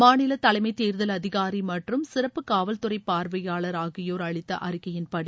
மாநில தலைமை தேர்தல் அதிகாரி மற்றும் சிறப்பு காவல்துறை பார்வையாளர் ஆகியோர் அளித்த அறிக்கையின்படி